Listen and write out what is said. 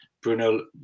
Bruno